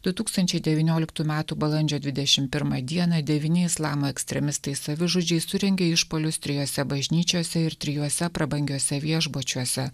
du tūkstančiai devynioliktų metų balandžio dvidešim pirmą dieną devyni islamo ekstremistai savižudžiai surengė išpuolius trijose bažnyčiose ir trijuose prabangiuose viešbučiuose